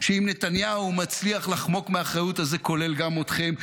שאם נתניהו מצליח לחמוק מאחריות, זה כולל גם אתכם.